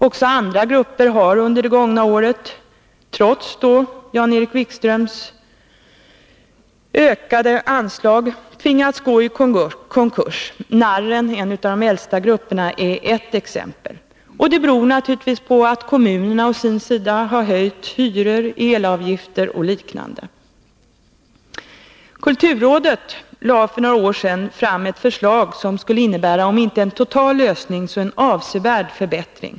Också andra grupper har under det gångna året trots Jan-Erik Wikströms ökade anslag tvingats gå i konkurs. ”Narren”, en av de äldsta grupperna, är ett exempel. Det beror naturligtvis på att kommunerna å sin sida har höjt hyror, elavgifter och liknande. Kulturrådet lade för några år sedan fram ett förslag som skulle innebära om inte en total lösning så en avsevärd förbättring.